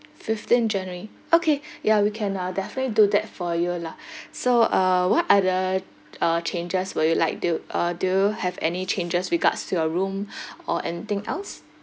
fifteenth january okay yeah we can uh definitely do that for you lah so uh what other uh changes will you like do uh do you have any changes regards to your room or anything else